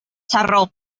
sarró